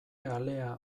alea